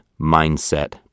Mindset